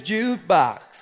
Jukebox